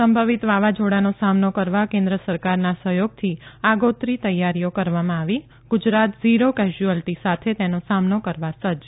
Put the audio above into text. સંભવિત વાવાઝેડાનો સામનો કરવા કેન્દ્ર સરકારના સહયોગથી આગોતરી તૈયારીઓ કરવામાં આવી ગુજરાત ઝીરો કેઝયુઆલીટી સાથે તેનો સામનો કરવા સજજ